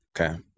Okay